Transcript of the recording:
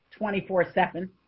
24-7